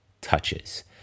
touches